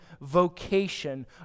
vocation